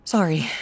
Sorry